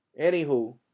anywho